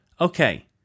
Okay